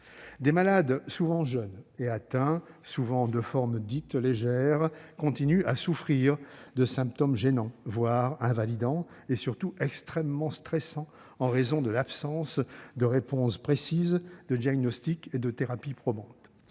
Des malades, souvent jeunes et fréquemment atteints de formes dites « légères », continuent à souffrir de symptômes gênants, voire invalidants, et surtout extrêmement stressants faute de réponses précises, de diagnostics et de thérapies probants.